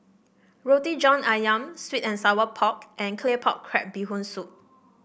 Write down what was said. Roti John ayam sweet and Sour Pork and Claypot Crab Bee Hoon Soup